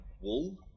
wool